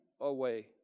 away